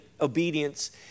obedience